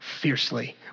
fiercely